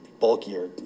bulkier